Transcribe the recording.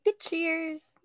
Cheers